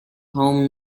home